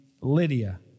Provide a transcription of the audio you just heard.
Lydia